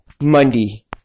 Monday